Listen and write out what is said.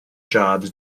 jobs